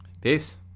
Peace